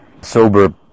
sober